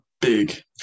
Big